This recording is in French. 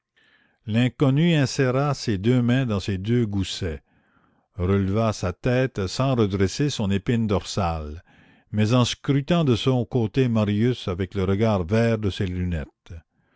l'inconnu inséra ses deux mains dans ses deux goussets releva sa tête sans redresser son épine dorsale mais en scrutant de son côté marius avec le regard vert de ses lunettes